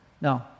No